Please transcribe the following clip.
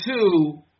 two